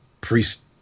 Priest